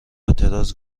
اعتراض